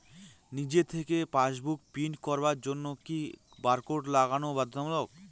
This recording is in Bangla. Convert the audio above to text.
নিজে থেকে পাশবুক প্রিন্ট করার জন্য কি বারকোড লাগানো বাধ্যতামূলক?